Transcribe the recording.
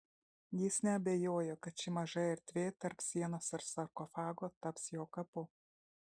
jis neabejojo kad ši maža erdvė tarp sienos ir sarkofago taps jo kapu